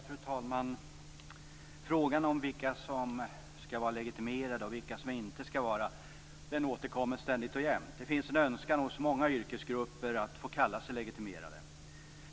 Fru talman! Frågan om vilka som skall vara legitimerade och vilka som inte skall vara det har återkommit ständigt och jämt. Det finns en önskan hos många yrkesgrupper att få kalla sig legitimerade.